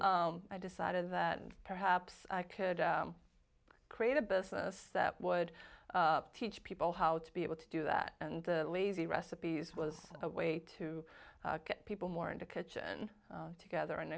i decided that perhaps i could create a business that would teach people how to be able to do that and lazy recipes was a way to get people more into kitchen together and